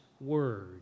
word